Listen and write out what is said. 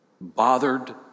bothered